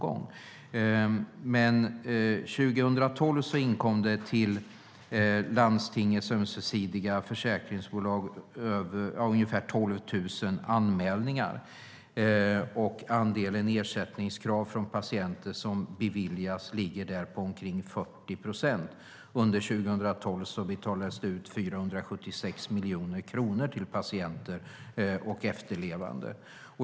År 2012 inkom till Landstingens Ömsesidiga Försäkringsbolag ungefär 12 000 anmälningar. Omkring 40 procent av patienternas ersättningskrav beviljas. Under 2012 betalades det ut 476 miljoner kronor till patienter och efterlevande.